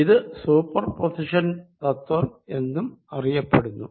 ഇത് സൂപ്പർപോസിഷൻ തത്വം എന്നും അറിയപ്പെടുന്നു